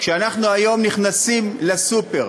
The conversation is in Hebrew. כשאנחנו היום נכנסים לסופר